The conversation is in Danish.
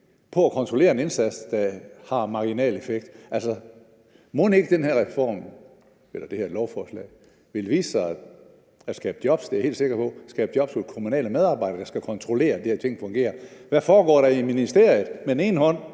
på at kontrollere en indsats, der har marginal effekt. Altså, mon ikke den her reform eller det her lovforslag vil vise sig at skabe jobs? Det er jeg helt sikker på: Det vil skabe jobs hos kommunale medarbejdere, der skal kontrollere, at de her ting fungerer. Hvad foregår der i ministeriet? Med den ene hånd